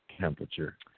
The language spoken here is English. temperature